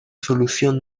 solución